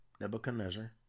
Nebuchadnezzar